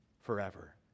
forever